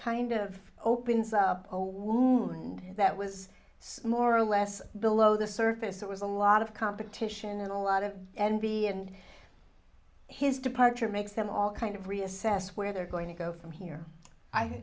kind of opens up a wound that was smore or less below the surface it was a lot of competition and a lot of envy and his departure makes them all kind of reassess where they're going to go from here